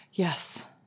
Yes